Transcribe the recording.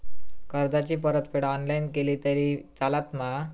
कर्जाची परतफेड ऑनलाइन केली तरी चलता मा?